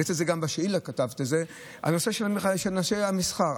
גם בשאילתה כתבת את זה: הנושא של אנשי המסחר.